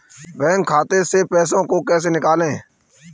Bank खाते से पैसे को कैसे निकालें?